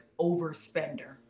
overspender